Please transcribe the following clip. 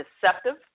deceptive